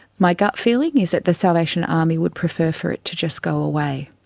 my gut feeling is that the salvation army would prefer for it to just go away.